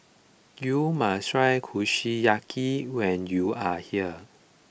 you must try Kushiyaki when you are here